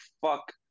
fuck